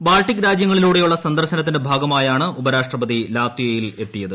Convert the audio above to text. Baltic രാജ്യങ്ങളിലൂടെയുള്ള സന്ദർശനത്തിന്റെ ഭാഗമായാണ് ഉപരാഷ്ട്രപതി ലാത്വിയയിൽ എത്തിയത്